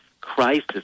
crisis